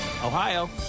Ohio